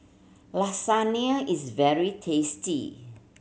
lasagne is very tasty